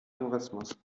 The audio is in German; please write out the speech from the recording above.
tourismus